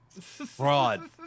Fraud